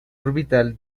orbital